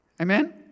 Amen